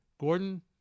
Gordon